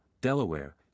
Delaware